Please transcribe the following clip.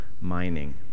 mining